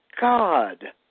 God